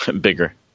bigger